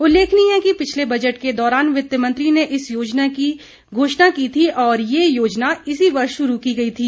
उल्लेखनीय है कि पिछले बजट के दौरान वित्त मंत्री ने इस योज़ना की घोषणा की थी और ये योज़ना इसी वर्ष शुरू की गई थी